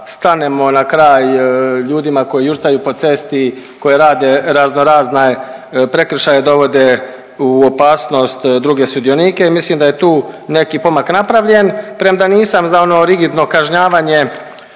stanemo na kraj ljudima koji jurcaju po cesti, koje rade raznorazne prekršaje, dovode u opasnost druge sudionike i mislim da je tu neki pomak napravljen, premda nisam za ono rigidno kažnjavanje